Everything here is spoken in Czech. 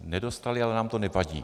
Nedostali, ale nám to nevadí.